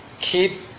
keep